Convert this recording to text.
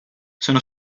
sono